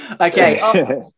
Okay